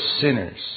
sinners